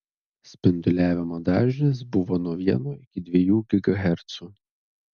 spinduliavimo dažnis buvo nuo vieno iki dviejų gigahercų